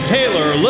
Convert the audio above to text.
Taylor